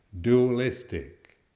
dualistic